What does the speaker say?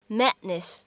madness